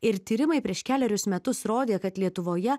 ir tyrimai prieš kelerius metus rodė kad lietuvoje